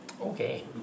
Okay